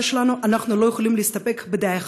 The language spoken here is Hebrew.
שלנו אנחנו לא יכולים להסתפק בדעה אחת.